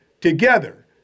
Together